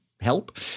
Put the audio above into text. help